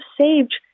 saved